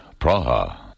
Praha